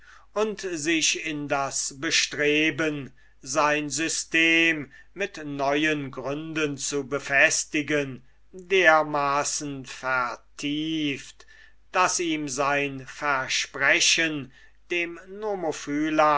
und sich in die bestrebung sein system mit neuen gründen zu befestigen so vertieft daß ihm gänzlich aus dem